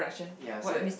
ya so that